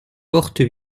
porte